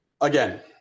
Again